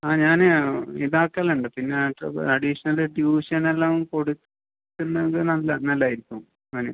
ആ ഞാൻ ഇതാക്കലുണ്ട് പിന്നെ അഡീഷണല് ട്യൂഷൻ എല്ലാം കൊടുക്കുന്നെങ്കിൽ നല്ല നല്ലതായിരിക്കും അവന്